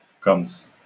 comes